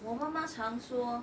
我妈妈常说